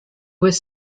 was